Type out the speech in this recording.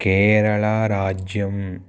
केरळाराज्यं